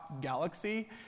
galaxy